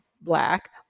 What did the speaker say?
Black